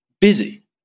busy